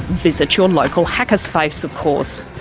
visit your local hackerspace, of course.